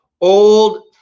Old